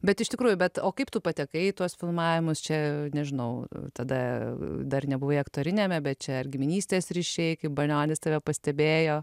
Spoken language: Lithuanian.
bet iš tikrųjų bet o kaip tu patekai į tuos filmavimus čia nežinau tada dar nebuvai aktoriniame bet čia ar giminystės ryšiai kai banionis tave pastebėjo